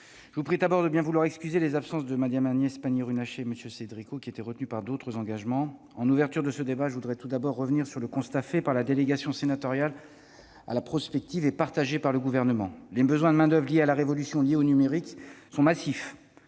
je vous prie tout d'abord de bien vouloir excuser l'absence de Mme Agnès Pannier-Runacher et de M. Cédric O, retenus par d'autres engagements. Je voudrais tout d'abord revenir sur le constat fait par la délégation sénatoriale à la prospective et partagé par le Gouvernement : les besoins de main-d'oeuvre liés à la révolution numérique sont massifs,